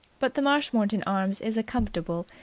but the marshmoreton arms is a comfortable,